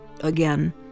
Again